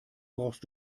brauchst